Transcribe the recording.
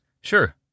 Sure